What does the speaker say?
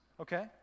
okay